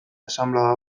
asanblada